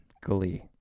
Glee